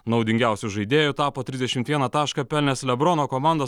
naudingiausiu žaidėju tapo trisdešimt vieną tašką pelnęs lebrono komandos